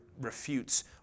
refutes